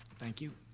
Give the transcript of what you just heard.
thank you.